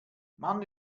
mann